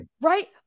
Right